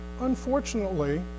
Unfortunately